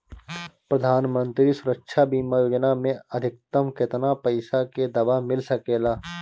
प्रधानमंत्री सुरक्षा बीमा योजना मे अधिक्तम केतना पइसा के दवा मिल सके ला?